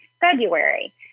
February